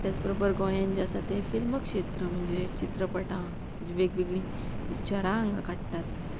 त्याच बरोबर गोंयान जें आसा तें फिल्म क्षेत्र म्हणजे चित्रपटां वेगवेगळीं पिक्चरां हांगा काडटात